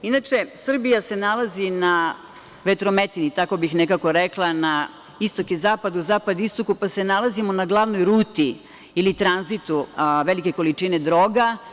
Inače, Srbija se nalazi na vetrometini, tako bih nekako rekla, na istoku i zapadu, zapadu i istoku, pa se nalazi na glavnoj ruti, ili tranzitu velike količine droga.